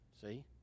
See